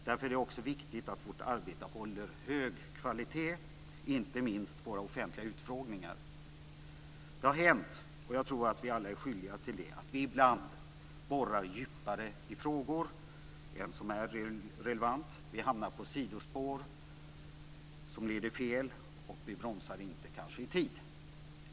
Därför är det också viktigt att vårt arbete håller en hög kvalitet, inte minst i de offentliga utfrågningarna. Det har då och då hänt - jag tror att vi alla är skyldiga till det - att vi borrat djupare i frågor än som är relevant. Vi hamnar på sidospår som leder fel, och vi bromsar kanske inte i tid.